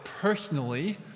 personally